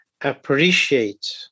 appreciate